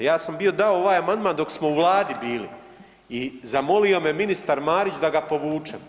Ja sam bio ovaj amandman dok smo u vladi bili i zamolio me ministar Marić da ga povučem.